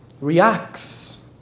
reacts